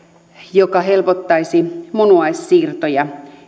joka helpottaisi munuaissiirtoja